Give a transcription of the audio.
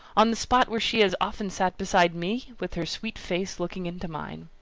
on the spot where she has often sat beside me, with her sweet face looking into mine.